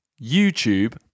YouTube